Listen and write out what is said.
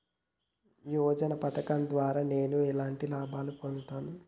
యోజన పథకం ద్వారా నేను ఎలాంటి లాభాలు పొందుతాను?